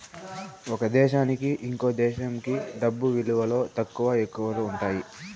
ఒక దేశానికి ఇంకో దేశంకి డబ్బు విలువలో తక్కువ, ఎక్కువలు ఉంటాయి